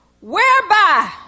Whereby